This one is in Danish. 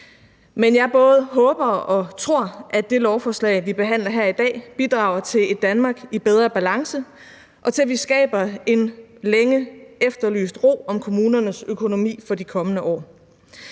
Men jeg både håber og tror, at det lovforslag, vi behandler her i dag, bidrager til et Danmark i bedre balance og til, at vi skaber en længe efterlyst ro om kommunernes økonomi for de kommende år.